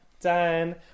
Done